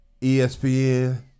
ESPN